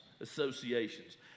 associations